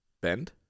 bend